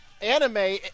anime